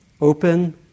Open